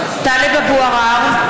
(קוראת בשמות חברי הכנסת) טלב אבו עראר,